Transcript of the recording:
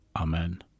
Amen